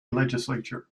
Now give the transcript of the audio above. legislature